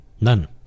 None